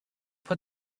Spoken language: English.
put